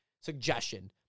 suggestion